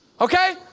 okay